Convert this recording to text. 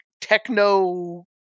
techno